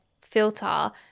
filter